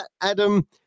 Adam